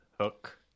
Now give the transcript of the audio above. Hook